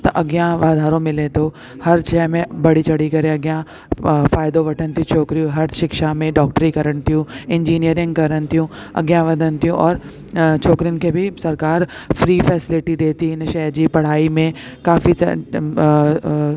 त अॻियां वाधारो मिले थो हर शइ में बड़ी चढ़ी करे अॻियां वठनि थी छोकिरियूं हर शिक्षा में डॉक्टरी कनि थियूं इंजीनियरिंग कनि थियूं और छोकिरीयुनि खे बि सरकार फ्री फैसिलिटी ॾिए थी हिन शइ जी पढ़ाई में काफी